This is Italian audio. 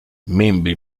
membri